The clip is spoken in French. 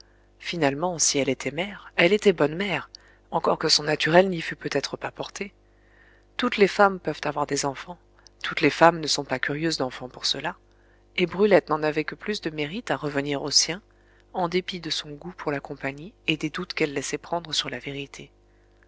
finalement si elle était mère elle était bonne mère encore que son naturel n'y fût peut-être pas porté toutes les femmes peuvent avoir des enfants toutes les femmes ne sont pas curieuses d'enfants pour cela et brulette n'en avait que plus de mérite à revenir au sien en dépit de son goût pour la compagnie et des doutes qu'elle laissait prendre sur la vérité